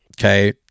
okay